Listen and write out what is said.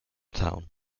town